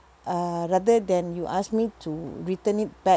uh rather than you ask me to return it back